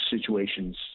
situations